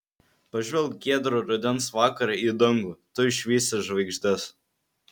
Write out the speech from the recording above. pažvelk giedrą rudens vakarą į dangų tu išvysi žvaigždes